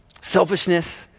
selfishness